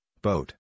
boat